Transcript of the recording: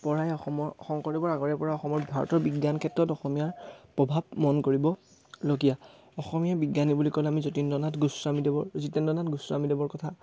পৰাই অসমৰ শংকৰদেৱৰ আগৰে পৰা অসমত ভাৰতৰ বিজ্ঞান ক্ষেত্ৰত অসমীয়াৰ প্ৰভাৱ মন কৰিবলগীয়া অসমীয়া বিজ্ঞানী বুলি ক'লে আমি যতীন্দ্ৰনাথ গোস্বামীদেৱৰ জিতেন্দ্ৰনাথ গোস্বামীদেৱৰ কথা